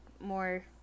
more